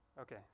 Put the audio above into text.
Okay